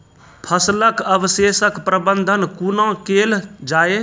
फसलक अवशेषक प्रबंधन कूना केल जाये?